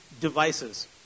devices